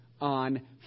on